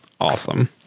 Awesome